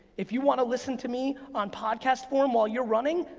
if you wanna listen to me on podcast form while you're running,